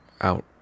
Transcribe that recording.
out